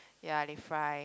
ya they fry